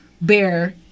bear